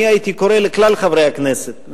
אני הייתי קורא לכל חברי הכנסת,